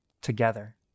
Together